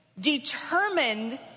determined